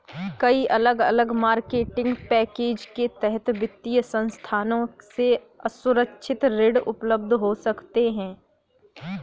कई अलग अलग मार्केटिंग पैकेज के तहत वित्तीय संस्थानों से असुरक्षित ऋण उपलब्ध हो सकते हैं